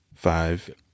Five